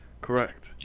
Correct